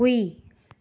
ꯍꯨꯏ